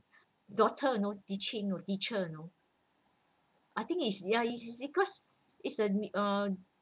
daughter you know teaching teacher you know I think he's ya he just because it's uh uh